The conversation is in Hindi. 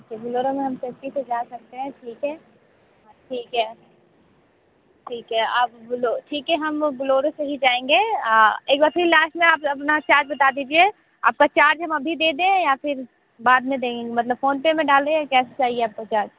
बोलेरो में हम सेफ़्टी से जा सकते है ठीक है ठीक है ठीक है आप बोले ठीक है हम बोलेरो से ही जायेंगे आप एक बार फिर लास्ट में अपना चार्ज बता दीजिये आपका चार्ज हम अभी दे दें या फिर बाद में दें मतलब फ़ोनपे में डाल दें या कैसे चाहिए आपको चार्ज